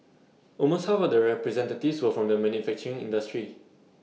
almost half of the representatives were from the manufacturing industry